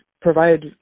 provide